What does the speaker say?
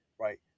right